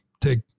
take